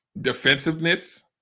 defensiveness